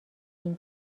این